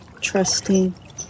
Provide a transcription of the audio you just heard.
trusting